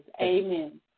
Amen